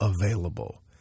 available